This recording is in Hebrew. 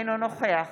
אינו נוכח